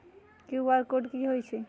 QR code कि हई छई?